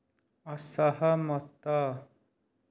ଅସହମତ